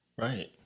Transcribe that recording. Right